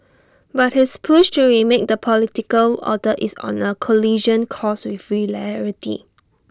but his push to remake the political order is on A collision course with reality